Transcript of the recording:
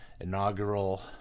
inaugural